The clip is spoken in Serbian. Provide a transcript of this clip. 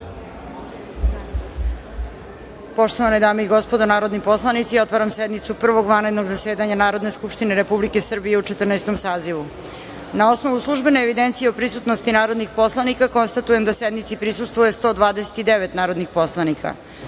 Poštovane dame i gospodo narodni poslanici, otvaram sednicu Prvog vanrednog zasedanja Narodne skupštine Republike Srbije u Četrnaestom sazivu. Na osnovu službene evidencije o prisutnosti narodnih poslanika, konstatujem da sednici prisustvuju 139 narodnih poslanika. Podsećam